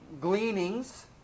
gleanings